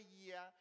year